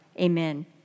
Amen